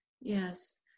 yes